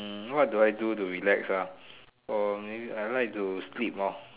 hmm what do I do to relax ah maybe I like to sleep hor